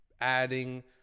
adding